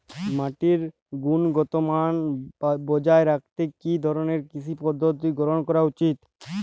মাটির গুনগতমান বজায় রাখতে কি ধরনের কৃষি পদ্ধতি গ্রহন করা উচিৎ?